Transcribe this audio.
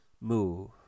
move